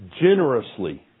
generously